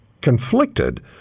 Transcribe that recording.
conflicted